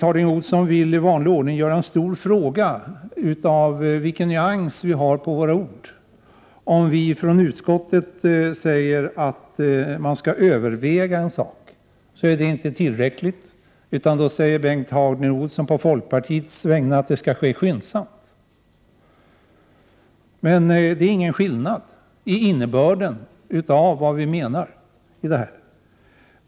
Han vill i vanlig ordning göra en stor fråga av nyanserna i våra ord. Om vi inom utskottsmajoriteten säger att man skall överväga en sak är det inte tillräckligt. Då säger Bengt Harding Olson på folkpartiets vägnar att det skall ske skyndsamt. Men det är ju ingen skillnad i innebörden, vi menar detsamma.